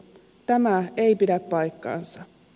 tämä ei pidä paikkaansa